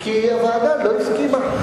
כי הוועדה לא הסכימה.